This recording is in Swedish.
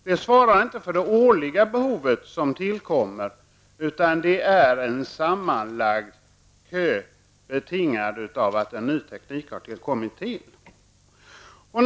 Kön svarar inte för det årliga behovet som tillkommer, utan det är en sammanlagd kö betingad av att en ny teknik har kommit till.